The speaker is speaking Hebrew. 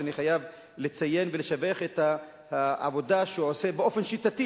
שאני חייב לציין ולשבח את העבודה שהוא עושה באופן שיטתי